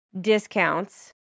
discounts